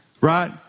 Right